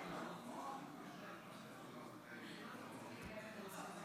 קבוצת סיעת יהדות התורה וקבוצת סיעת